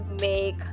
make